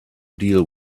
deal